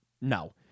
No